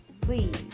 Please